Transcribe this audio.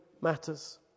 matters